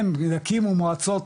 הם יקימו מועצות